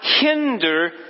hinder